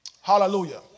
Hallelujah